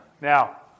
Now